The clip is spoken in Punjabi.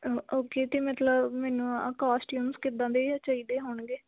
ਓਕੇ ਅਤੇ ਮਤਲਬ ਮੈਨੂੰ ਆ ਕੋਸਟੀਊਮਸ ਕਿੱਦਾਂ ਦੇ ਇਹ ਚਾਹੀਦੇ ਹੋਣਗੇ